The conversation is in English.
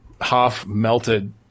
half-melted